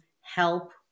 help